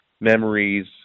memories